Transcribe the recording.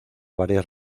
varias